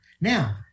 Now